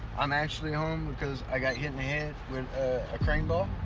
i'm actually home because i got hit in the head with a crane ball.